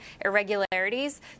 irregularities